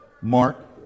Mark